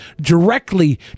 directly